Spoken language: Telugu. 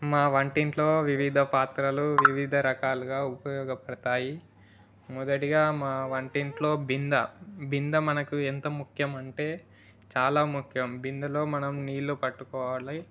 మా వంటింట్లో వివిధ పాత్రలు వివిధ రకాలుగా ఉపయోగపడతాయి మొదటిగా మా వంటింట్లో బిందె బిందె మనకు ఎంత ముఖ్యమంటే చాలా ముఖ్యం బిందెలో మనం నీళ్ళు పట్టుకోవాలి